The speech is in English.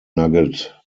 nugget